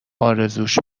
ارزوش